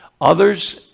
others